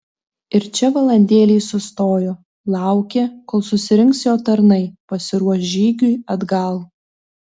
ir čia valandėlei sustojo laukė kol susirinks jo tarnai pasiruoš žygiui atgal